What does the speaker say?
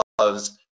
loves